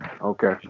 okay